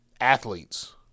athletes